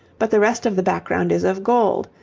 but the rest of the background is of gold,